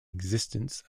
existence